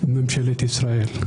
ממשלת ישראל.